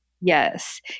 Yes